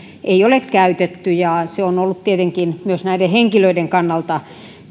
ei ole käytetty ja se on ollut tietenkin myös näiden henkilöiden kannalta